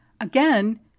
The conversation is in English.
Again